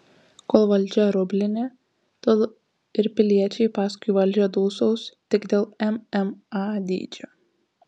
kol valdžia rublinė tol ir piliečiai paskui valdžią dūsaus tik dėl mma dydžio